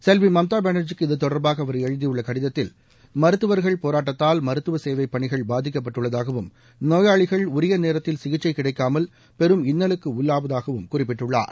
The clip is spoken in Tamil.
செல்வி மம்தா பானாஜிக்கு இது தொடர்பாக அவர் எழுதியுள்ள கடிதத்தில் மருத்துவர்கள் போராட்டத்தால் மருத்துவ சேவை பணிகள் பாதிக்கப்பட்டுள்ளதாகவும் நோயாளிகள் உரிய நேரத்தில் சிகிச்சை கிடைக்காமல் பெரும் இன்னலுக்கு உள்ளாவதாகவும் குறிப்பிட்டுள்ளார்